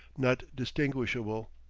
not distinguishable.